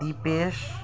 Dipesh